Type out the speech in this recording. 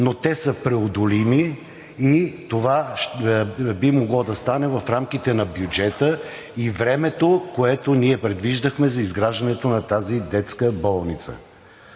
но те са преодолими и това би могло да стане в рамките на бюджета и времето, което ние предвиждахме за изграждането на тази детска болница.